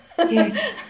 Yes